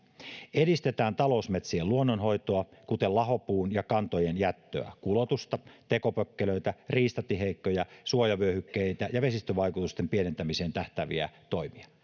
edistetään talousmetsien luonnonhoitoa kuten lahopuun ja kantojen jättöä kulotusta tekopökkelöitä riistatiheikköjä suojavyöhykkeitä ja vesistövaikutusten pienentämiseen tähtääviä toimia